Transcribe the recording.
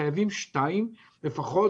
חייבים שניים לפחות,